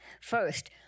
First